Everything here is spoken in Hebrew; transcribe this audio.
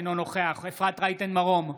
אינו נוכח אפרת רייטן מרום,